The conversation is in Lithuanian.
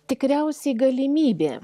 tikriausiai galimybė